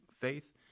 faith